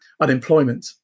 unemployment